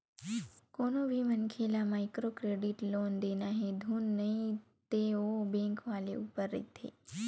कोनो भी मनखे ल माइक्रो क्रेडिट लोन देना हे धुन नइ ते ओ बेंक वाले ऊपर रहिथे